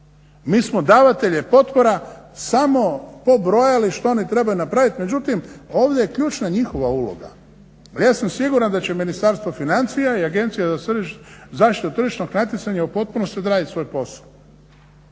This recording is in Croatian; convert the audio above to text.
mi smo davatelje potpora samo pobrojali što oni trebaju napraviti, međutim ovdje je ključna njihova uloga. Ja sam siguran da će Ministarstvo financija i Agencija za zaštitu tržišnog natjecanja u potpunosti odraditi svoj posao.